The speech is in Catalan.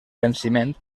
venciment